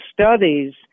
studies